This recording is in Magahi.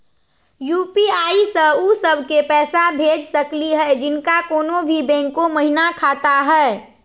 यू.पी.आई स उ सब क पैसा भेज सकली हई जिनका कोनो भी बैंको महिना खाता हई?